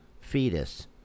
fetus